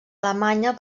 alemanya